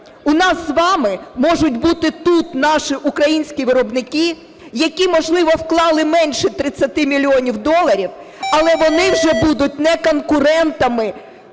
у нас з вами можуть бути тут наші українські виробники, які, можливо, вклали менше 30 мільйонів доларів, але вони вже будуть не конкурентами